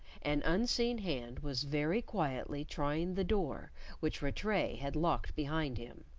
an unseen hand was very quietly trying the door which rattray had locked behind him.